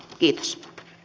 kiitos